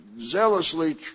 zealously